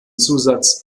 zusatz